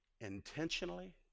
intentionally